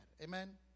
Amen